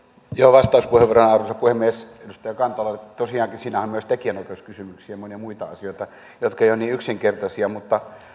vastauspuheenvuorona arvoisa puhemies edustaja kantolalle tosiaankin siinähän on myös tekijänoikeuskysymyksiä ja monia muita asioita jotka eivät ole niin yksinkertaisia mutta